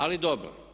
Ali dobro.